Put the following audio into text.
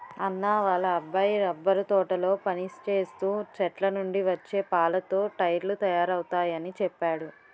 అన్నా వాళ్ళ అబ్బాయి రబ్బరు తోటలో పనిచేస్తూ చెట్లనుండి వచ్చే పాలతో టైర్లు తయారవుతయాని చెప్పేడు